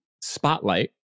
spotlight